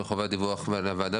בחובת דיווח לוועדה.